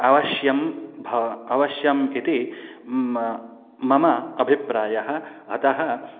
अवश्यं भवति अवश्यम् इति मम अभिप्रायः अतः